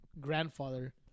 grandfather